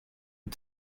του